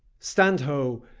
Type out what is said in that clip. stand, ho!